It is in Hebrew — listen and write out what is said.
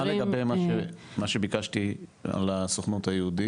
מה לגבי מה שביקשתי על הסוכנות היהודית?